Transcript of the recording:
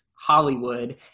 Hollywood